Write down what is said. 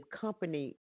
company